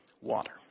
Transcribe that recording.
water